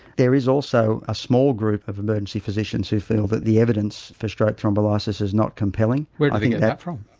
there is also a small group of emergency physicians who feel that the evidence for stroke thrombolysis is not compelling. where do they get that from?